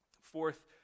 Fourth